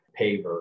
paver